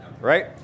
right